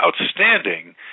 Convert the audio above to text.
outstanding